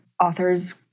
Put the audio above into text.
author's